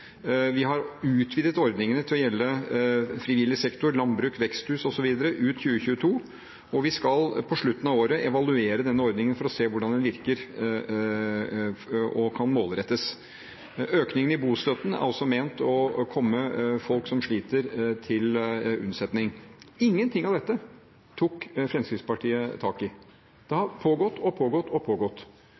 Vi har utvidet ordningen til å gjelde frivillig sektor, landbruk, veksthus osv. ut 2022, og vi skal på slutten av året evaluere denne ordningen for å se hvordan den virker og kan målrettes. Økningen i bostøtten er altså ment å komme folk som sliter, til unnsetning. Ingenting av dette tok Fremskrittspartiet tak i. Det har pågått og pågått og pågått.